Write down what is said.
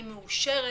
אני מאושרת